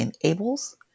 enables